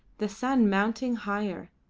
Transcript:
the sun mounting higher,